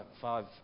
five